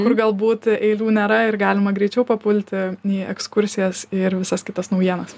kur galbūt eilių nėra ir galima greičiau papulti į ekskursijas ir visas kitas naujienas